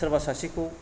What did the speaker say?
सोरबा सासेखौ